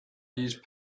use